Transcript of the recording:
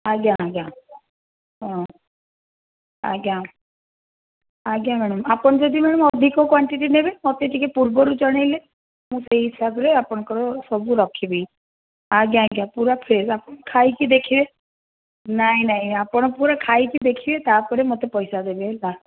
ଆଜ୍ଞା ଆଜ୍ଞା ହଁ ଆଜ୍ଞା ଆଜ୍ଞା ମ୍ୟାଡ଼ାମ ଆପଣ ଯଦି ମ୍ୟାମ୍ ଅଧିକ କ୍ଵାଣ୍ଟିଟି ନେବେ ମୋତେ ଟିକେ ପୂର୍ବରୁ ଜଣାଇଲେ ମୁଁ ସେଇ ହିସାବରେ ଆପଣଙ୍କର ସବୁ ରଖିବି ଆଜ୍ଞା ଆଜ୍ଞା ପୁରା ଫ୍ରେଶ୍ ଆପଣ ଖାଇକି ଦେଖିବେ ନାହିଁ ନାହିଁ ଆପଣ ପୁରା ଖାଇକି ଦେଖିବେ ତା'ପରେ ମୋତେ ପଇସା ଦେବେ ହେଲା